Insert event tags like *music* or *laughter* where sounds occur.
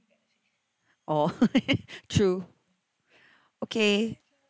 orh *laughs* true okay